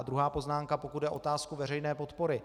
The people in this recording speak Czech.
Druhá poznámka, pokud jde o otázku veřejné podpory.